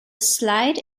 slide